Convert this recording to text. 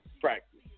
practice